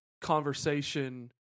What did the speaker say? conversation